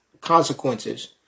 consequences